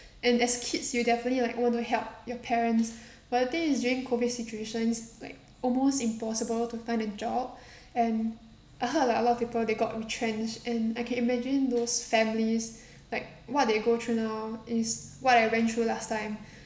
and as kids you definitely like want to help your parents but the thing is during COVID situations like almost impossible to find a job and I heard like a lot of people they got retrenched and I can imagine those families like what they go through now is what I went through last time